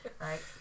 right